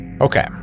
Okay